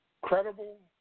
credible